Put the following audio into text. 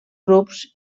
grups